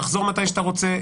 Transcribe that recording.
תחזור מתי שאתה רוצה,